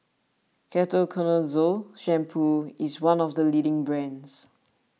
Ketoconazole Shampoo is one of the leading brands